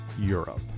Europe